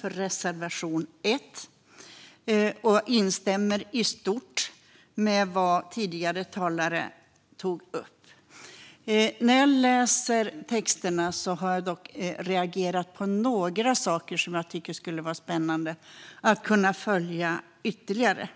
till reservation 1, och jag instämmer i stort med vad tidigare talare tog upp. När jag läser texterna har jag dock reagerat på några saker som jag tycker skulle vara spännande att kunna följa ytterligare.